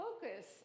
focus